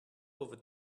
over